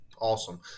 Awesome